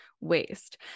waste